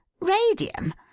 radium